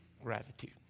gratitude